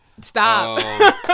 Stop